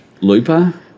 looper